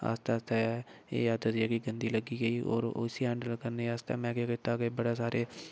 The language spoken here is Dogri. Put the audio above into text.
आस्तै आस्तै एह् आदत जेह्ड़ी गंदी लग्गी गेई होर उसी हैंडल करने आस्तै में केह् कीता कि बड़े सारे